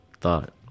thought